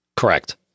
Correct